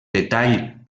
detall